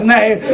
Name